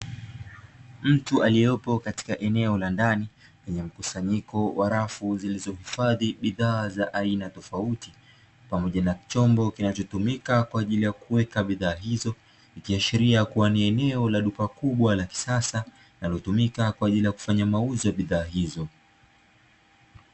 Mtu aliyepo katika eneo la ndani lenye mkusanyiko wa rafu zilizohifadhi bidhaa za aina tofauti, pamoja na chombo kinachotumika kwa ajili ya kuweka bidhaa hizo, ikiashiria kuwa ni eneo duka kubwa la kisasa linalotumika kwa ajili ya kufanya mauzo ya bidhaa hizo.